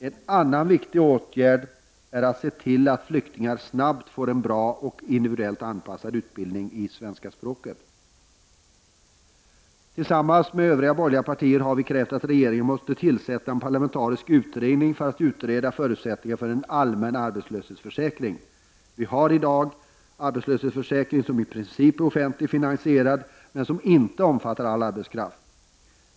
En annan viktig åtgärd är att se till att flyktingarna snabbt får en bra och inviduellt anpassad utbildning i svenska språket. Tillsammans med övriga borgerliga partier har vi krävt att regeringen skall tillsätta en parlamentarisk utredning för att utreda förutsättningarna för en allmän arbetslöshetsförsäkring. Vi har i dag en arbetslöshetsförsäkring som i princip är offentligt finansierad men som inte omfattar all arbetskraft.